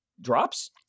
drops